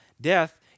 Death